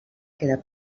queda